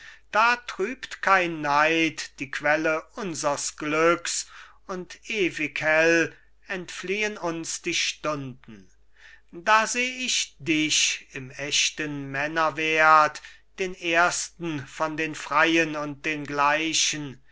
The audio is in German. da trübt kein neid die quelle unsers glücks und ewig hell entfliehen uns die stunden da seh ich dich im echten männerwert den ersten von den freien und den gleichen